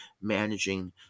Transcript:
managing